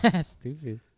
Stupid